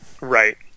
Right